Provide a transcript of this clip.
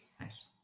Nice